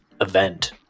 event